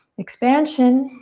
expansion.